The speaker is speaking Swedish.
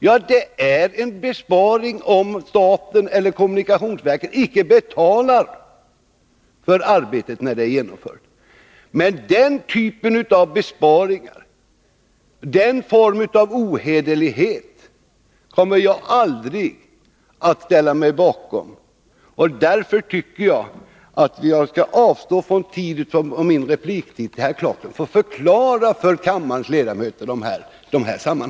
Ja, det är besparingar om staten inte betalar för arbetet när det är genomfört. Men den typen av besparingar — den formen av ohederlighet — kommer jag aldrig att ställa mig bakom. Förklara de här sammanhangen för kammarens ledamöter, Rolf Clarkson.